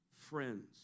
friends